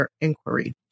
inquiry